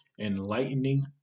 enlightening